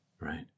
Right